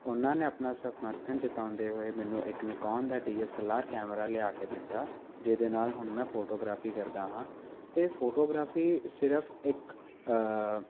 ਉਹਨਾਂ ਨੇ ਆਪਣਾ ਸਮਰਥਨ ਜਤਾਉਂਦੇ ਹੋਏ ਮੈਨੂੰ ਇੱਕ ਨਿਕਾਉਣ ਦਾ D S L R camera ਲਿਆ ਕੇ ਦਿੱਤਾ ਜਿਹਦੇ ਨਾਲ ਹੁਣ ਮੈਂ ਫੋਟੋਗ੍ਰਾਫੀ ਕਰਦਾ ਹਾਂ ਅਤੇ ਫੋਟੋਗ੍ਰਾਫੀ ਸਿਰਫ ਇੱਕ